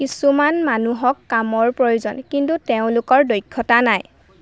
কিছুমান মানুহক কামৰ প্ৰয়োজন কিন্তু তেওঁলোকৰ দক্ষতা নাই